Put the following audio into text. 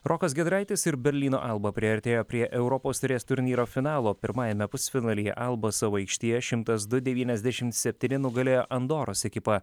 rokas giedraitis ir berlyno alba priartėjo prie europos taurės turnyro finalo pirmajame pusfinalyje alba savo aikštėje šimtas du devyniasdešimt septyni nugalėjo andoros ekipą